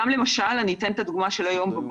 למשל אני אתן את הדוגמה של הבוקר,